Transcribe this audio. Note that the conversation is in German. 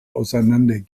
auseinander